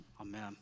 Amen